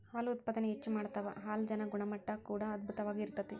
ಹಾಲು ಉತ್ಪಾದನೆ ಹೆಚ್ಚ ಮಾಡತಾವ ಹಾಲಜನ ಗುಣಮಟ್ಟಾ ಕೂಡಾ ಅಧ್ಬುತವಾಗಿ ಇರತತಿ